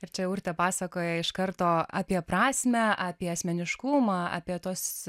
ir čia urtė pasakoja iš karto apie prasmę apie asmeniškumą apie tuos